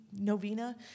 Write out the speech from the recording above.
Novena